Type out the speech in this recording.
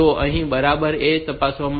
તો અહીં બરાબર એ જ તપાસવામાં આવે છે